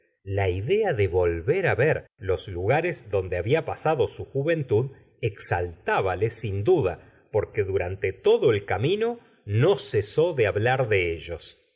la idea de volver á ver los lugares donde había pasado su juventud exaltábale sin duda porque durante todo el camino no cesó de hablar de ellos